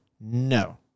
No